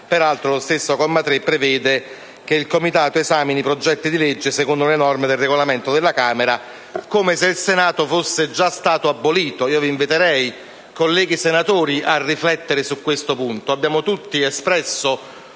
dell'articolo 2 prevede che il Comitato esamini i progetti di legge secondo le norme del Regolamento della Camera, come se il Senato fosse già stato abolito. Vi inviterei, colleghi senatori, a riflettere su questo punto. Tutti abbiamo espresso